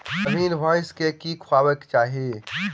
गाभीन भैंस केँ की खुएबाक चाहि?